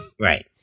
right